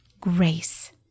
grace